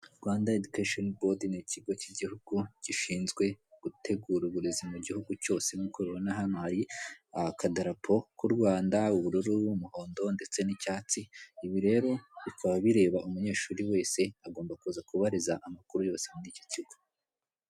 Rwanda Education Board ni ikigo cy'igihugu gishinzwe gutegura uburezi mu gihugu cyose nkuko ubibona hano hari akadarapo k'u Rwanda ubururu, umuhondo ndetse n'icyatsi, ibi rero bikaba bireba umunyeshuri wese agomba kuza kubariza amakuru yose kuri iki kigo.